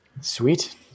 Sweet